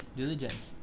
diligence